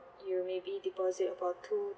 you maybe deposit about two